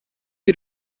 you